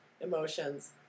emotions